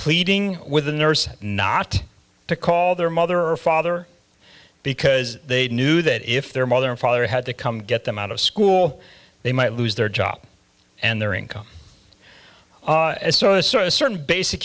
pleading with the nurse not to call their mother or father because they knew that if their mother or father had to come get them out of school they might lose their job and their income a certain basic